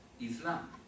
Islam